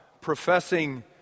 professing